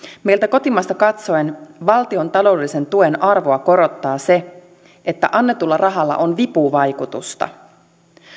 meiltä kotimaasta katsoen valtion taloudellisen tuen arvoa korottaa se että annetulla rahalla on vipuvaikutusta